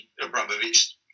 Abramovich